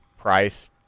price